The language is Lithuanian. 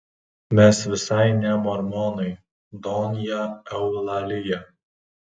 mes visai ne mormonai donja eulalija